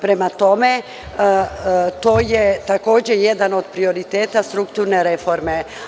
Prema tome, to je takođe jedan od prioriteta strukturne reforme.